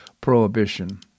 prohibition